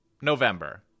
November